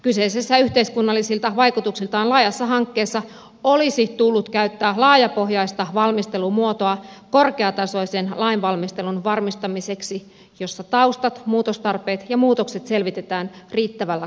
kyseisessä yhteiskunnallisilta vaikutuksiltaan laajassa hankkeessa olisi tullut käyttää laajapohjaista valmistelumuotoa korkeatasoisen lainvalmistelun varmistamiseksi jolloin taustat muutostarpeet ja muutokset selvitetään riittävällä kattavuudella